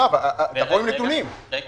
וגם